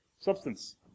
Substance